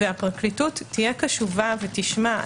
והפרקליטות תהיה קשובה ותשמע.